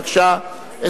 בבקשה.